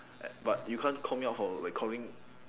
uh but you can't call me out for like calling